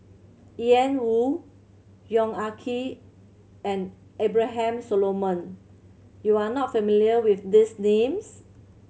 Ian Woo Yong Ah Kee and Abraham Solomon you are not familiar with these names